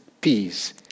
peace